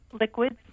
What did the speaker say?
liquids